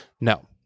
No